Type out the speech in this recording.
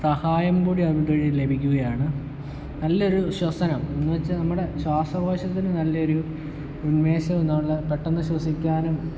സഹായം കൂടി അപ്പഴ് ലഭിക്കുകയാണ് നല്ലൊരു ശ്വസനം എന്ന് വെച്ചാ നമ്മുടെ ശ്വാസകോശത്തിന് നല്ലൊരു ഉന്മേഷമെന്നുള്ള പെട്ടെന്ന് ശ്വസിക്കാനും